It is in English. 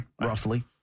Roughly